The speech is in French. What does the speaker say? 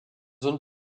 zones